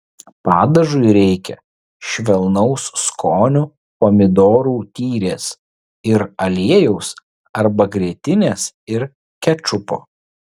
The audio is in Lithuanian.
padažui reikia švelnaus skonio pomidorų tyrės ir aliejaus arba grietinės ir kečupo